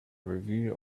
review